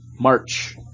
March